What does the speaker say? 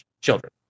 children